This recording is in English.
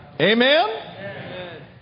Amen